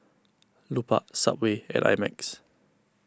Lupark Subway and I Max